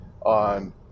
on